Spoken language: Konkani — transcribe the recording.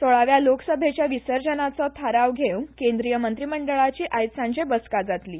सोळाव्या लोकसभेचे विसर्जनाचो थाराव घेवंक केंद्रीय मंत्रिमंडळाची आयज सांजे बसका जातली